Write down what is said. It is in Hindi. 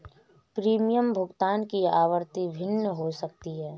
प्रीमियम भुगतान की आवृत्ति भिन्न हो सकती है